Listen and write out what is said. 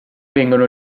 vengono